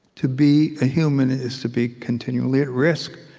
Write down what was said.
to be a human is to be continually at risk.